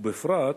ובפרט,